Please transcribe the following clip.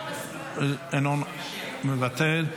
מוותר,